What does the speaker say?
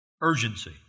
urgency